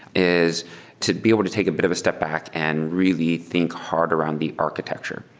is to be able to take a bit of a step back and really think hard around the architecture.